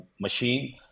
machine